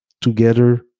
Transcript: together